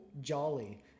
jolly